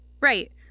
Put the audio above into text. right